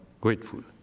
grateful